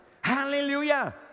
Hallelujah